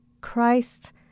Christ